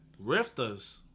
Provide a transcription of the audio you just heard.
Rifters